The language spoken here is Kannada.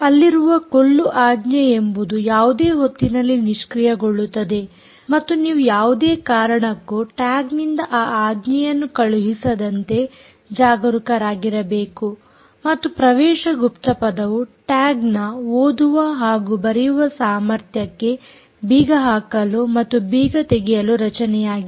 ಅಲ್ಲಿರುವ ಕೊಲ್ಲು ಆಜ್ಞೆ ಎಂಬುದು ಯಾವುದೇ ಹೊತ್ತಿನಲ್ಲಿ ನಿಷ್ಕ್ರಿಯಗೊಳ್ಳುತ್ತದೆ ಮತ್ತು ನೀವು ಯಾವುದೇ ಕಾರಣಕ್ಕೂ ಟ್ಯಾಗ್ನಿಂದ ಆ ಆಜ್ಞೆಯನ್ನು ಕಳುಹಿಸದಂತೆ ಜಾಗರೂಕರಾಗಿರಬೇಕು ಮತ್ತು ಪ್ರವೇಶ ಗುಪ್ತಪದವು ಟ್ಯಾಗ್ ನ ಓದುವ ಹಾಗೂ ಬರೆಯುವ ಸಾಮರ್ಥ್ಯಕ್ಕೆ ಬೀಗ ಹಾಕಲು ಮತ್ತು ಬೀಗ ತೆಗೆಯಲು ರಚನೆಯಾಗಿದೆ